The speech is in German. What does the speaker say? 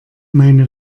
meine